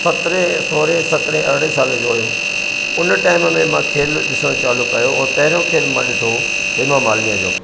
सत्रे सोरहं सत्रहं अरिड़हं साले जो हुउमि उन टाइम में मां खेल ॾिसण चालू कयो और पहिरियों खेल मां ॾिठो हेमा मालिनीअ जो